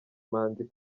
manzi